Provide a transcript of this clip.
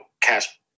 cash